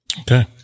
Okay